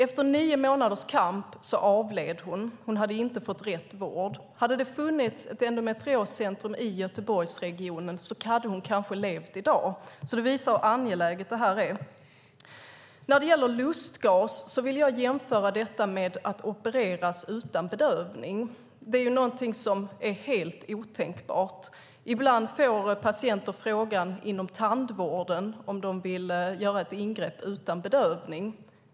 Efter nio månaders kamp avled hon. Hon hade inte fått rätt vård. Hade det funnits ett endometrioscentrum i Göteborgsregionen hade hon kanske levt i dag. Det visar hur angeläget det här är. När det gäller lustgas vill jag jämföra detta med att opereras utan bedövning. Det är någonting som är helt otänkbart. Ibland får patienter inom tandvården frågan om de vill göra ett ingrepp utan bedövning.